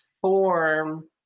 form